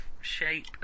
shape